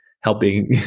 helping